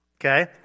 okay